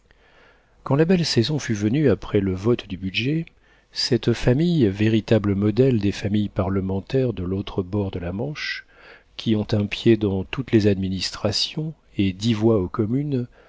quand la belle saison fut venue après le vote du budget cette famille véritable modèle des familles parlementaires de l'autre bord de la manche qui ont un pied dans toutes les administrations et dix voix aux communes